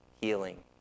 healing